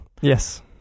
Yes